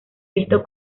visto